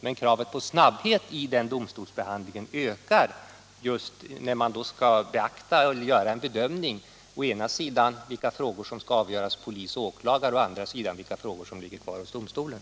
Men kravet på snabbhet i den domstolsbehandlingen ökar vid bedömningen av vilka frågor som skall avgöras hos åklagaren och vilka frågor som skall ligga kvar hos domstolen.